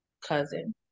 cousin